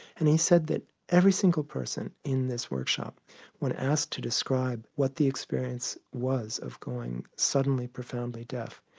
and he said that every single person in this workshop when asked to describe what the experience was of going suddenly profoundly deaf,